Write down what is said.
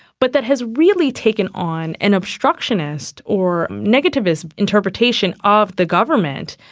but that has really taken on an obstructionist or a negativist interpretation of the government,